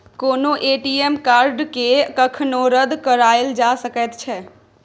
कोनो ए.टी.एम कार्डकेँ कखनो रद्द कराएल जा सकैत छै